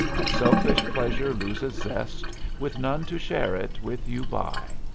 a selfish pleasure loses zest with none to share it with you by,